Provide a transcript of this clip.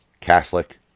Catholic